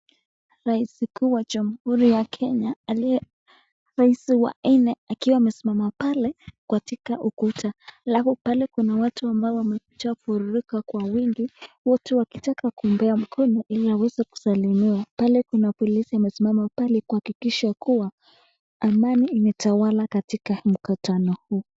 Raisi kuu wa jamhuri ya Kenya, aliye raisi wa nne akiwa amesimama pale katika ukuta. Alafu pale kuna watu ambao wamekuja kwa wingi wote wakitaka kumpea mkono ili waweze kusalimiwa. Pale kuna polisi amesimama pale kuhakikisha kuwa amani imetawala katika mkutano huu.